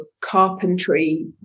carpentry